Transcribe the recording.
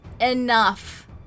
enough